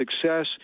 success